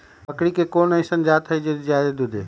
बकरी के कोन अइसन जात हई जे जादे दूध दे?